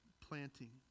planting